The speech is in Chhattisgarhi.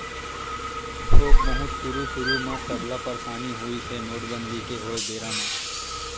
थोक बहुत सुरु सुरु म सबला परसानी होइस हे नोटबंदी के होय बेरा म